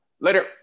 Later